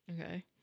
okay